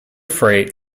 freight